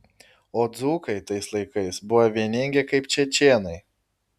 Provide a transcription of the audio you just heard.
o dzūkai tais laikais buvo vieningi kaip čečėnai